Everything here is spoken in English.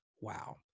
wow